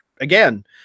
again